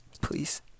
Please